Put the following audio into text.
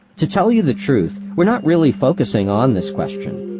to tell you the truth, we're not really focusing on this question.